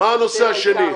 מה הנושא השני?